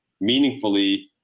meaningfully